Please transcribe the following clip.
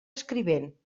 escrivent